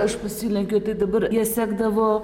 aš pasilenkiau tai dabar jie sekdavo